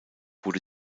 wurde